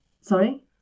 sorry